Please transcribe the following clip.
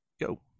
Go